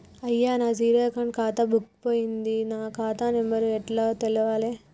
అయ్యా నా zero account ఖాతా బుక్కు పోయింది నా ఖాతా నెంబరు ఎట్ల తెలవాలే?